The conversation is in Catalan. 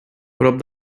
prop